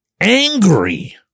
angry